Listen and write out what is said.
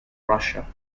russia